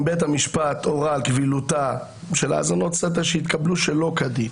אם בית המשפט הורה על קבילותן של האזנות סתר שהתקבלו שלא כדין,